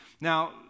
Now